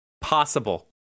Possible